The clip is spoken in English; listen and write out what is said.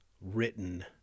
written